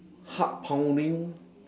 heart pounding